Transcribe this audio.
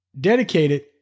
dedicated